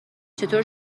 چطور